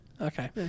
Okay